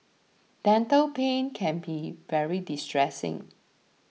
dental pain can be very distressing